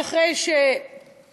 אז אחרי שהתלבטתי,